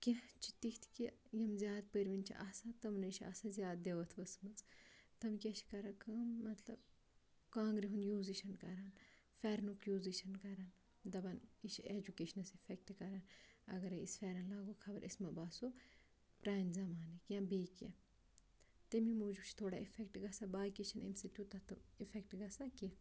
کینٛہہ چھِ تِتھ کہِ یِم زیادٕ پٔرۍوٕنۍ چھِ آسان تٕمنٕے چھِ آسان زیادٕ دِوَتھ ؤژھمٕژ تِم کیٛاہ چھِ کَران کٲم مطلب کانٛگرِ ہُنٛد یوٗزٕے چھِنہٕ کَران پھٮ۪رنُک یوٗزٔے چھِنہٕ کَران دَپان یہِ چھِ ایجوٗکیشنَس اِفٮ۪کٹ کَران اگرَے أسۍ پھٮ۪رَن لاگو خبر أسۍ ما باسو پرٛانہِ زَمانٕکۍ یا بیٚیہِ کینٛہہ تٔمی موٗجوٗب چھِ تھوڑا اِفٮ۪کٹ گژھان باقی چھِنہٕ ایٚمہِ سۭتۍ تیوٗتاہ تہٕ اِفٮ۪کٹ گژھان کینٛہہ